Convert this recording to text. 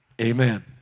Amen